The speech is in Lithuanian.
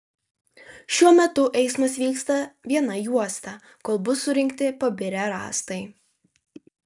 šiuo metu eismas vyksta viena juosta kol bus surinkti pabirę rąstai